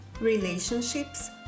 relationships